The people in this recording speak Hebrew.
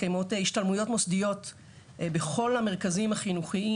מתקיימות השתלמויות מוסדיות בכל המרכזים החינוכיים.